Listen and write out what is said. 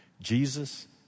Jesus